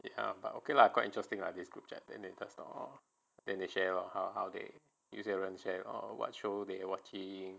ya but okay lah quite interesting lah this group chat and then they share of how how they 有些人 share oh what show they watching